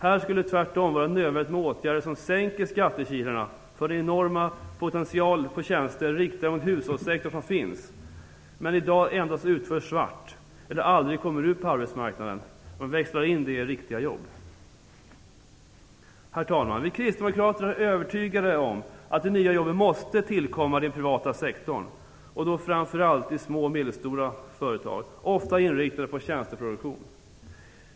Tvärtom skulle det vara nödvändigt med åtgärder som minskar skattekilarna för den enorma potential av tjänster riktade mot hushållssektorn som finns men som i dag endast utförs svart eller aldrig kommer ut på arbetsmarknaden. Dessa borde i stället växlas in i riktiga jobb. Herr talman! Vi kristdemokrater är övertygade om att de nya jobben måste tillkomma i den privata sektorn, och då framför allt i små och medelstora företag, ofta inriktade mot tjänsteproduktion.